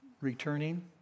returning